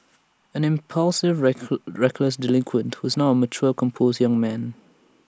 an impulsive reck reckless delinquent who is now A mature composed young man